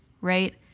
right